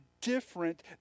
different